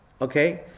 Okay